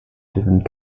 different